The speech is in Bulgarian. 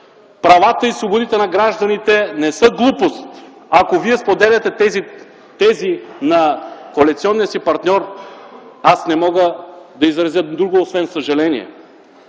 Правата и свободите на гражданите не са глупост. Ако Вие споделяте тези на коалиционния си партньор, аз не мога да изразя друго, освен съжаление.